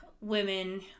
women